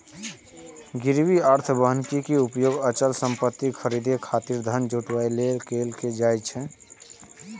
गिरवी अथवा बन्हकी के उपयोग अचल संपत्ति खरीदै खातिर धन जुटाबै लेल कैल जाइ छै